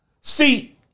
See